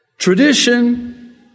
tradition